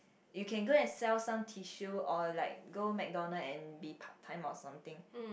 you can go and sell some tissue or like go McDonald and be part time or something